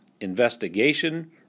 investigation